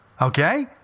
Okay